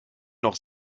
noch